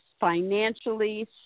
financially